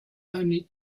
only